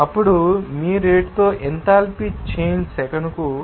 అప్పుడు మీ రేటుతో ఎంథాల్పీ చేంజ్ సెకనుకు 18